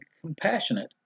compassionate